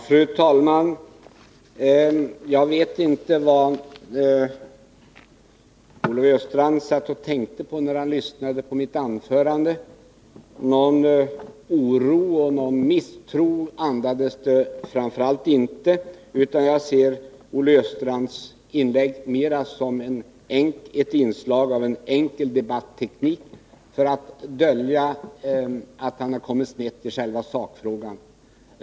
Fru talman! Jag vet inte vad Olle Östrand tänkte på när han lyssnade på mitt anförande. Någon oro eller misstro andades det i varje fall inte. Jag ser Olle Östrands inlägg mera som ett inslag av enkel debatteknik för att dölja att han har kommit snett i själva sakfrågan.